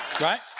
right